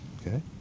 Okay